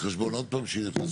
היא לא דיברה הרבה אז אני אתן לה.